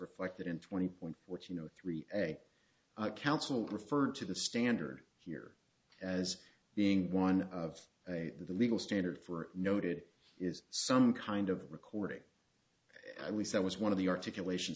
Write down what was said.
reflected in twenty points which you know three counsel refer to the standard here as being one of the legal standard for noted is some kind of recording we sent was one of the articulation